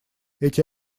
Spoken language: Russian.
эти